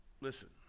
listen